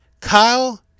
Kyle